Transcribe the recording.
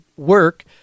work